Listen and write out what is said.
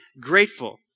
grateful